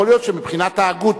יכול להיות שמבחינת ההגות,